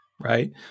right